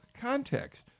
context